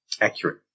accurate